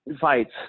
Fights